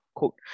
quote